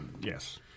yes